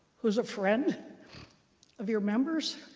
who is a friend of your members,